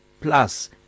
plus